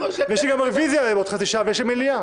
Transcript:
יש לי גם רוויזיה עוד חצי שעה ויש לי מליאה.